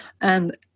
and-